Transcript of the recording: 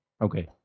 Okay